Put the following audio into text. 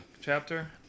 chapter